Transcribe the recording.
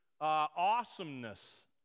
awesomeness